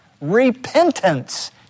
Repentance